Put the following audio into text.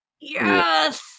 yes